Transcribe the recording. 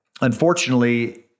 unfortunately